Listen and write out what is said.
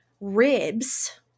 ribs